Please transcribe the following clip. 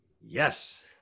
yes